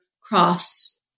cross